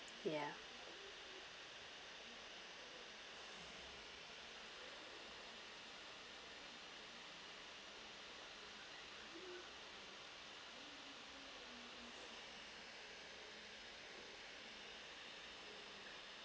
ya